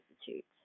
Institute